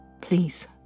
Please